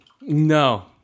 No